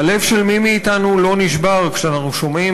והלב של מי מאתנו לא נשבר כשאנחנו שומעים